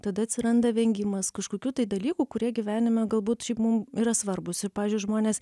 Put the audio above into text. tada atsiranda vengimas kažkokių tai dalykų kurie gyvenime galbūt šiaip mum yra svarbūs ir pavyzdžiui žmonės